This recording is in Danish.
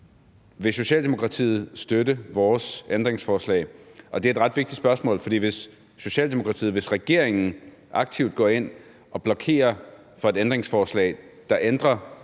osv. Vil regeringen støtte vores ændringsforslag? Og det er et ret vigtigt spørgsmål, for hvis regeringen aktivt går ind og blokerer for et ændringsforslag, der ændrer